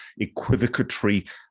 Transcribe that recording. equivocatory